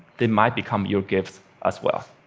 they might become your gifts as well.